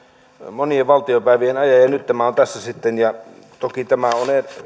monien valtiopäivien ajan ja nyt tämä on tässä sitten toki tämä on